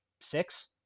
six